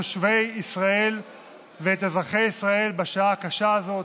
תושבי ישראל ואת אזרחי ישראל בשעה הקשה הזאת,